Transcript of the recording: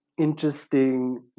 interesting